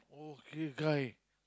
okay can